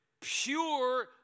pure